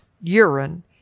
urine